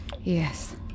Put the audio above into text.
Yes